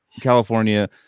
California